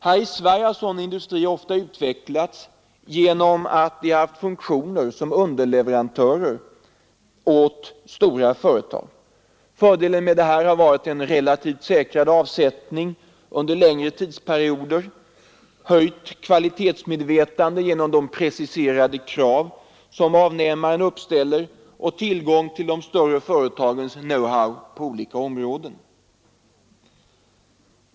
Här i Sverige har sådana industrier oftast utvecklats genom att de haft funktioner som underleverantörer åt stora företag. Fördelen med detta har varit en relativt säkrad avsättning under längre tidsperioder, höjt kvalitetsmedvetande genom de preciserade krav som avnämaren uppställer och tillgång till de större företagens ”know how” på vissa områden.